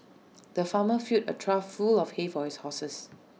the farmer filled A trough full of hay for his horses